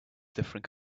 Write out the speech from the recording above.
different